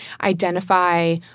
identify